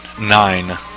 Nine